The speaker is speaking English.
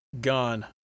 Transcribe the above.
Gone